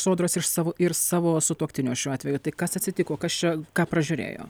sodros iš savo ir savo sutuoktinio šiuo atveju tai kas atsitiko kas čia ką pražiūrėjo